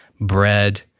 bread